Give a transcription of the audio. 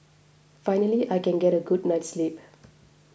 finally I can get a good night's sleep